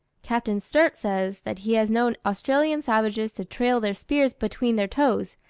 captain sturt says, that he has known australian savages to trail their spears between their toes,